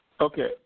Okay